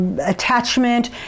attachment